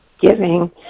Giving